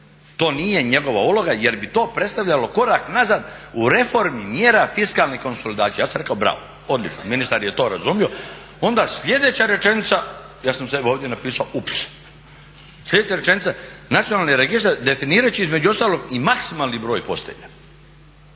To nije njegova uloga jer bi to predstavljalo korak nazad u reformi mjera fiskalne konsolidacije. Ja sam rekao bravo, odlično, ministar je to razumio. Onda sljedeća rečenica, ja sam sebi ovdje napisao ups. sljedeća rečenica nacionalni registar definirati će između ostalog i maksimalni broj postelja.